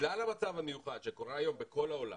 בגלל המצב המיוחד שקורה היום בכל העולם